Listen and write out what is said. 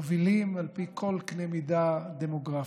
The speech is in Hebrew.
ומובילים על פי כל קנה מידה דמוגרפי.